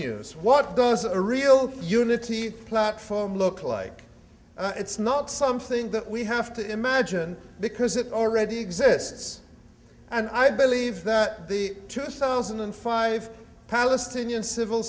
news what does a real unity platform look like it's not something that we have to imagine because it already exists and i believe that the two thousand and five palestinian civil